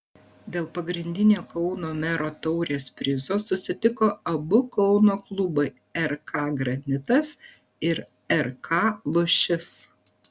dėl pagrindinio kauno mero taurės prizo susitiko abu kauno klubai rk granitas ir rk lūšis